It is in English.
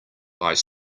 ice